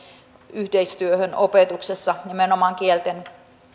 yhteistyöhön opetuksessa nimenomaan kielten